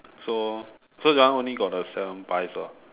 so so that one only got the seven pies lah